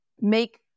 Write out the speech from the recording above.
make